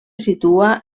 situa